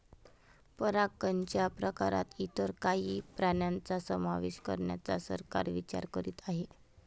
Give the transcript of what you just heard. परागकणच्या प्रकारात इतर काही प्राण्यांचा समावेश करण्याचा सरकार विचार करीत आहे